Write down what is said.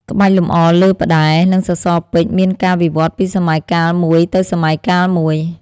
ក្បាច់លម្អលើផ្តែរ និងសសរពេជ្រមានការវិវត្តន៍ពីសម័យកាលមួយទៅសម័យកាលមួយ។